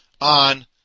on